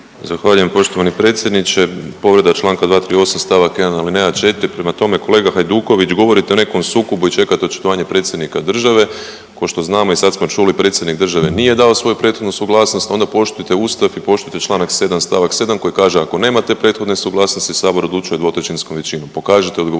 Zahvaljujem poštovani predsjedniče. Povreda Članka 238. stavak 1. alineja 4., prema tome kolega Hajduković govorite o nekom sukobu i čekate očitovanje predsjednika države. Ko što znamo i sad smo čuli predsjednik države nije dao svoju prethodnu suglasnost. Onda poštujte Ustav i poštujte Članak 7. stavak 7. koji kaže ako nemate prethodne suglasnosti sabor odlučuje 2/3 većinom.